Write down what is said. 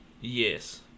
yes